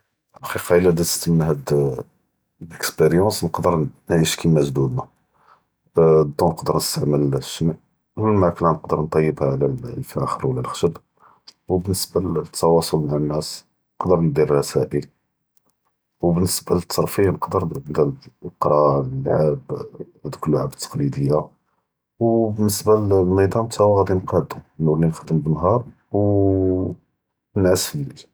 אלא עלא דזת מן האד אא ליקספיריאנס נקדר נ נעיש כחמא ג’דודנא, אלדוו נקדר נסתעמל אלשמע, אלמאקלה נקדר נטיב עלא אלפאחר ולא אלכשב, ו באלניסבה לתואצול מעא אנאס, נקדר נדיר רשאאל, ו באלניסבה לתרפיה נקדר נדיר נקרא נל’אב, האדוק אלאע’אב אלתקלידיה, ו באלניסבה לנזאם תא הוא ראדי .נקאדו נולי נחת’דם בנהאר אאו